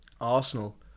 Arsenal